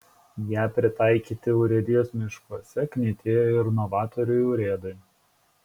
ją pritaikyti urėdijos miškuose knietėjo ir novatoriui urėdui